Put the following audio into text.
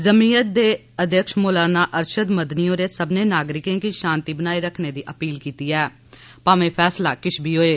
जीमयत दे अध्यक्ष मौलाना अरशद मदनी होरें सब्मनें नागरिकें गी शांति बनाई रक्खने दी अपील कीती ऐ भामें फैसला किश बी होवै